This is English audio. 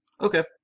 Okay